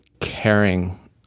caring